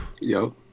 Yo